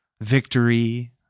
victory